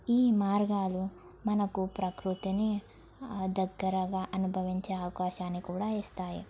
ఈ మార్గాలు మనకు ప్రకృతిని దగ్గరగా అనుభవించే అవకాశాన్ని కూడా ఇస్తాయి